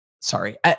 sorry